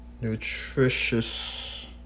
nutritious